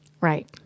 Right